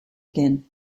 again